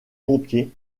pompiers